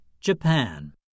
Japan